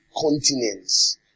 continents